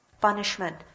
Punishment